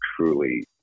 truly